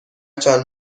چند